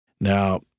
Now